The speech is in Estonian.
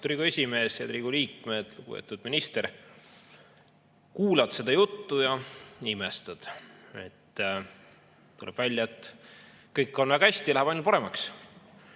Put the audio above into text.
Riigikogu esimees! Head Riigikogu liikmed! Lugupeetud minister! Kuulad seda juttu ja imestad. Tuleb välja, et kõik on väga hästi, läheb ainult paremaks.